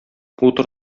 утыр